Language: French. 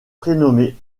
prénommée